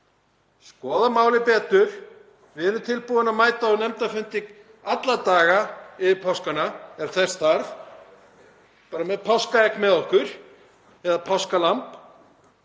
skoða málið betur. Við erum tilbúin að mæta á nefndafundi alla daga yfir páskana ef þess þarf, bara með páskaegg með okkur eða páskalamb,